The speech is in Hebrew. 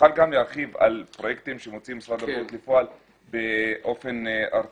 נוכל גם להרחיב על פרויקטים שמוציא משרד הבריאות לפועל באופן ארצי.